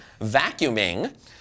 vacuuming